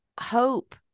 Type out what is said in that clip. hope